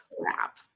crap